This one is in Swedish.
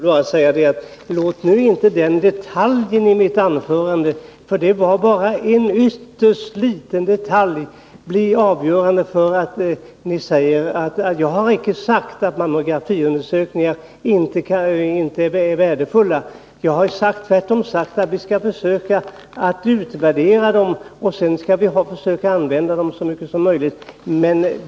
Herr talman! Låt nu inte den detaljen i mitt anförande — för det var bara en ytterst liten detalj — bli avgörande! Jag har inte sagt att mammografiundersökningar inte är värdefulla. Jag har tvärtom sagt att vi skall utvärdera försöksverksamheten och sedan försöka använda mammografiundersökningar så mycket som möjligt.